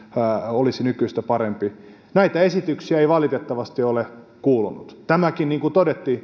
olisi nykyistä parempi näitä esityksiä ei valitettavasti ole kuulunut tämäkin niin kuin